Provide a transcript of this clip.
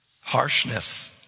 harshness